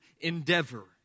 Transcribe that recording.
endeavor